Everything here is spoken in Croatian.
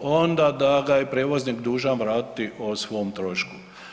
onda da ga je prijevoznik dužan vratiti o svom trošku.